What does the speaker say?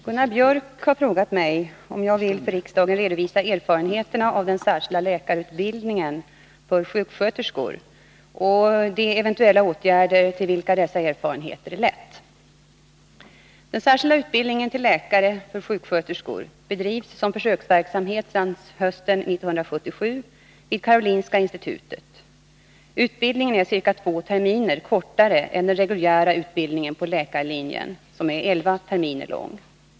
Herr talman! Gunnar Biörck i Värmdö har frågat mig om jag vill för riksdagen redovisa erfarenheterna av den särskilda läkarutbildningen för sjuksköterskor och de eventuella åtgärder till vilka dessa erfarenheter lett. Den särskilda utbildningen till läkare för sjuksköterskor bedrivs som försöksverksamhet sedan hösten 1977 vid Karolinska institutet. Utbildningen är ca två terminer kortare än den reguljära utbildningen på läkarlinjen, som är elva terminer lång.